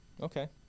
Okay